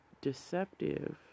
deceptive